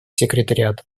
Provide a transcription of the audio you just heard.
секретариата